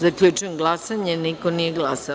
Zaključujem glasanje – niko nije glasao.